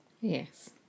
Yes